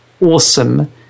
awesome